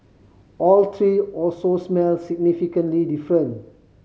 all three also smelled significantly different